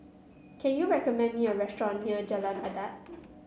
can you recommend me a restaurant near Jalan Adat